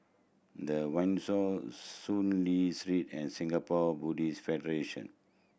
The Windsor Soon Lee Street and Singapore Buddhist Federation